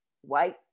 white